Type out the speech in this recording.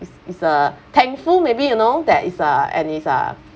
is is a thankful maybe you know that is uh and it's uh